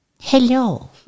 Hello